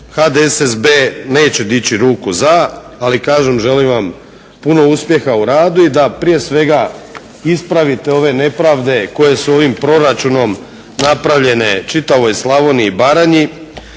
HDSSB neće dići ruku za, ali kažem želim vam puno uspjeha u radu i da prije svega ispravite ove nepravde koje su ovim proračunom napravljene čitavoj Slavoniji i Baranji.